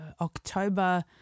October